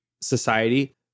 society